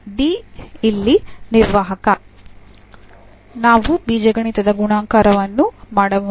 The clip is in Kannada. D ಇಲ್ಲಿ ನಿರ್ವಾಹಕ ನಾವು ಬೀಜಗಣಿತದ ಗುಣಾಕಾರವನ್ನು ಮಾಡಬಹುದು